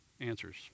answers